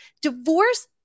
Divorce